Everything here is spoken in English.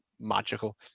magical